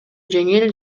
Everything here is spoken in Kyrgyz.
жеңил